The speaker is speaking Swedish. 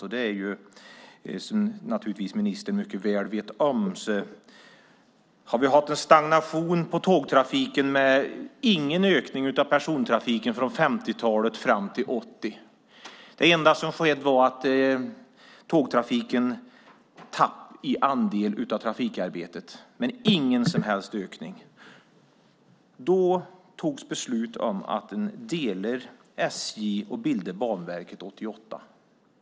Som ministern naturligtvis mycket väl vet har vi haft en stagnation i tågtrafiken. Det var ingen ökning av persontrafiken från 50-talet fram till 80-talet. Det enda som skedde var att tågtrafiken tappade i andel av trafikarbetet. Men det var ingen som helst ökning. Då togs beslut om att SJ skulle delas, och 1988 bildades Banverket.